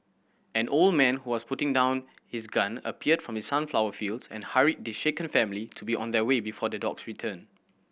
an old man who was putting down his gun appeared from the sunflower fields and hurried the shaken family to be on their way before the dogs return